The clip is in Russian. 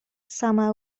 самая